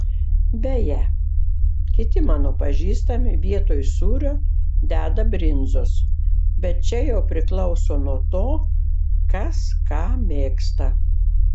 beje kiti mano pažįstami vietoj sūrio deda brinzos bet čia jau priklauso nuo to kas ką mėgsta